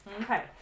Okay